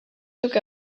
took